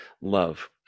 love